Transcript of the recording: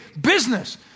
business